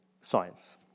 science